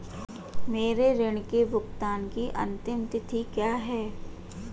मेरे ऋण के भुगतान की अंतिम तिथि क्या है?